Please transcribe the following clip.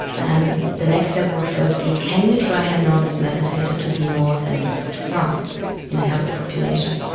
and the next step would first be can we train a novice meditator to be more sensitive to sounds in a healthy population?